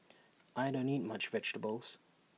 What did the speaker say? I don't eat much vegetables